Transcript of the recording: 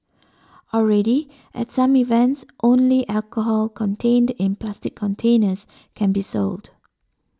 already at some events only alcohol contained in plastic containers can be sold